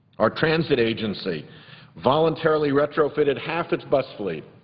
our transit agency voluntarily retrofitted half its bus fleet